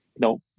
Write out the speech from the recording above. no